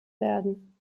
werden